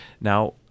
Now